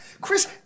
Chris